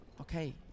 okay